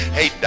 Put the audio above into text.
Hey